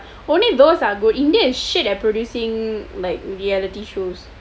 ya only those are good india is shit at producing like reality shows